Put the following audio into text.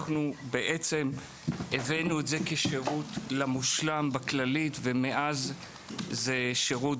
בעצם הבאנו את זה כשירות למושלם בכללית ומאז זה שירות